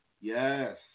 Yes